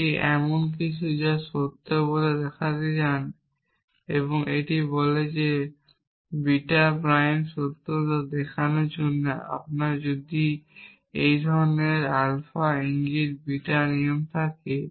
এটি এমন কিছু যা আপনি সত্য বলে দেখাতে চান এবং এটি বলছে যে বিটা প্রাইমটি সত্য তা দেখানোর জন্য আপনার যদি একটি ধরণের আলফা ইঙ্গিত বিটা নিয়ম থাকে